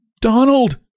Donald